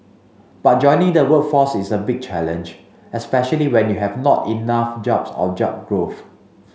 but joining the workforce is a big challenge especially when you have not enough jobs or job growth